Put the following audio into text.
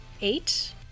eight